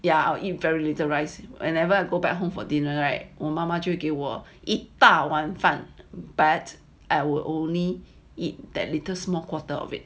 yeah I'll eat very little rice whenever I go back home for dinner right 我妈妈给我一大碗饭 but I will only eat that little small quarter of it